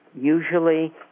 usually